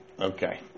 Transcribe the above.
Okay